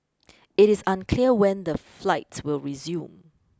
it is unclear when the flights will resume